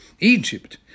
Egypt